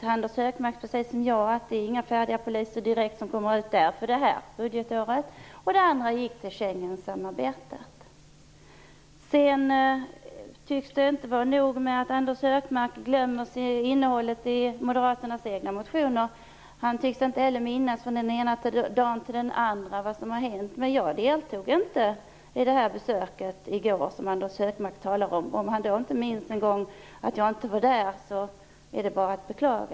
Anders Högmark vet lika väl som jag att det inte ger några färdiga poliser som kommer ut direkt därifrån det här budgetåret. Och resten gick till Sedan tycks det inte vara nog med att Anders Högmark glömmer innehållet i Moderaternas egna motioner. Han tycks inte heller minnas från den ena dagen till andra vad som har hänt. Jag deltog nämligen inte i besöket i går. Om han inte minns att jag inte var där så är det bara att beklaga.